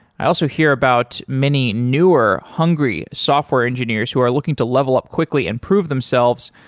i also hear about many newer hungry software engineers who are looking to level up quickly and prove themselves,